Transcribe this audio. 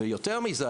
יותר מזה,